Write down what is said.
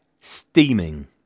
steaming